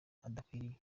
adakwiriye